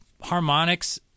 harmonics